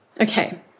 Okay